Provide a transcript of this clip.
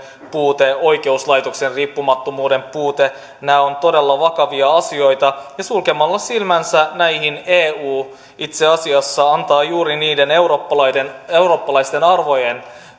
puute oikeuslaitoksen riippumattomuuden puute nämä ovat todella vakavia asioita ja sulkemalla silmänsä näiltä eu itse asiassa antaa juuri niiden eurooppalaisten eurooppalaisten arvojen